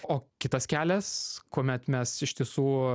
o kitas kelias kuomet mes iš tiesų